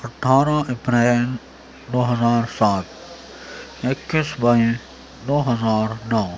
اٹھارہ اپریل دو ہزار سات اکیس مئی دو ہزار نو